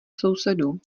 sousedů